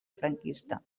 franquista